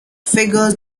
figures